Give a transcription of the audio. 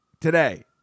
today